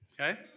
Okay